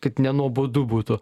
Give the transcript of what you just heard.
kad nenuobodu būtų